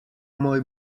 moj